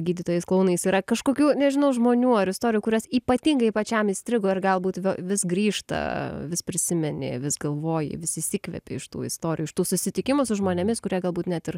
gydytojais klounais yra kažkokių nežinau žmonių ar istorijų kurias ypatingai pačiam įstrigo ir galbūt vis grįžta vis prisimeni vis galvoji vis įsikvepi iš tų istorijų iš tų susitikimų su žmonėmis kurie galbūt net ir